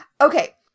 Okay